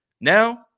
Now